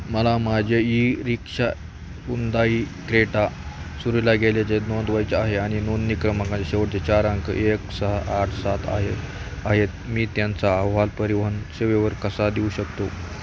मला माझ्या e rickshaw Hyundai Creta सुरूला गेल्याचे नोंदवायचे आहे आणि नोंदणी क्रमांकाचे शेवटचे चार अंक एक सहा आठ सात आहे आहेत मी त्यांचा अहवाल परिवहन सेवेवर कसा देऊ शकतो